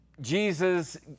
Jesus